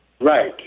Right